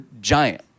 giant